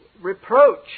Reproach